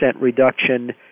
reduction